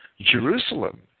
Jerusalem